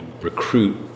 recruit